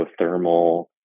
geothermal